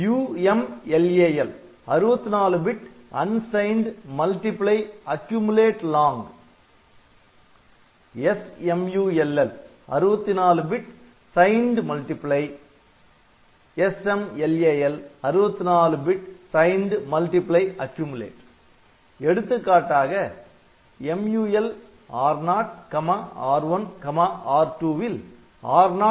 UMLAL 64 bit unsigned multiply accumulate long SMULL 64 bit signed multiply SMLAL 64 bit signed multiply accumulate எடுத்துக்காட்டாக MUL R0R1R2 will R0 R1R2